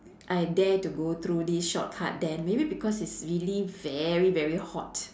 I dare to go through this shortcut then maybe because it's really very very hot